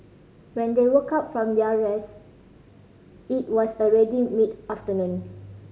when they woke up from their rest it was already mid afternoon